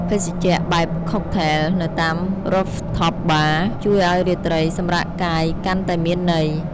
ភេសជ្ជៈបែបកុកថែល នៅតាម Rooftop Bar ជួយឱ្យរាត្រីសម្រាកកាយកាន់តែមានន័យ។